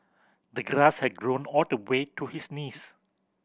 the grass had grown all the way to his knees